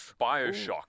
Bioshock